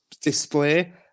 display